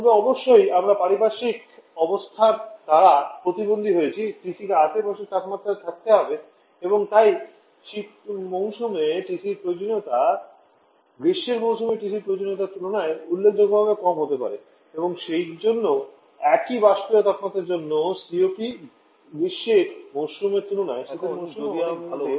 তবে অবশ্যই আমরা পারিপার্শ্বিক অবস্থার দ্বারা প্রতিবন্ধী হয়েছি টিসিকে আশেপাশের তাপমাত্রায় থাকতে হবে এবং তাই শীত মৌসুমে টিসির প্রয়োজনীয়তা গ্রীষ্মের মৌসুমে TC প্রয়োজনের তুলনায় উল্লেখযোগ্যভাবে কম হতে পারে এবং সেইজন্য একই বাষ্পীয় তাপমাত্রার জন্য COP গ্রীষ্মের মরসুমের তুলনায় শীতের মরসুম অনেক ভাল হতে পারে